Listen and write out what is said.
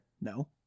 No